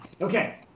Okay